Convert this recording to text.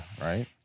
right